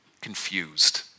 confused